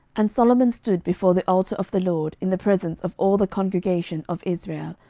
and solomon stood before the altar of the lord in the presence of all the congregation of israel,